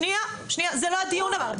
שנייה שנייה זה לא הדיון אבל.